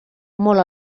molt